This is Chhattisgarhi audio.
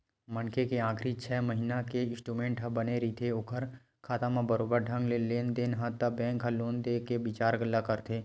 मनखे के आखरी छै महिना के स्टेटमेंट ह बने रथे ओखर खाता म बरोबर ढंग ले लेन देन हे त बेंक ह लोन देय के बिचार ल करथे